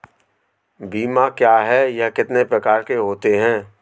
बीमा क्या है यह कितने प्रकार के होते हैं?